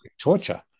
torture